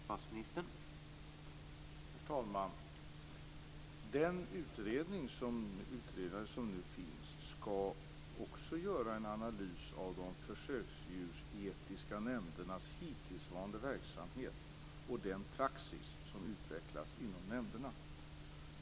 Herr talman! Den utredare som är tillsatt skall göra en analys av de djurförsöksetiska nämndernas hittillsvarande verksamhet och den praxis som utvecklas inom nämnderna.